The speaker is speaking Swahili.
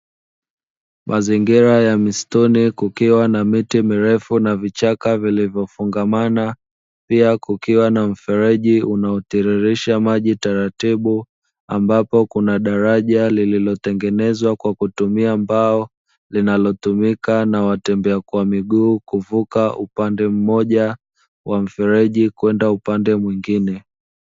Mazingira ya mistuni kukiwa na miti mirefu na vichaka vilivyofungamana pia kukiwa na mfereji unaotiririsha maji taratibu; ambapo kuna daraja lililotengenezwa kwa kutumia mbao linalotumika na watembea kwa miguu kuvuka upande mmoja wa mfereji kwenda upande mwingine.